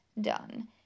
done